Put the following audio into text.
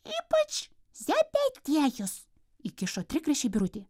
ypač zepetiejus įkišo trigrašį birutė